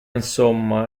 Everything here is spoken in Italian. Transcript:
insomma